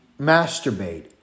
masturbate